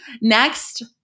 Next